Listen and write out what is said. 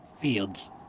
fields